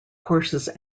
courses